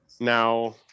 now